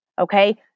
okay